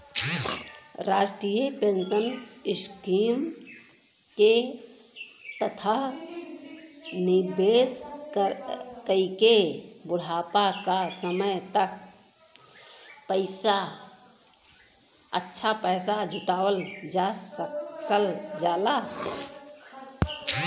राष्ट्रीय pension scheme के तहत निवेश कइके बुढ़ापा क समय तक अच्छा पैसा जुटावल जा सकल जाला